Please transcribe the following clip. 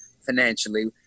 financially